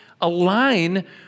align